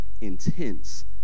intense